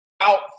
out